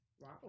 Wow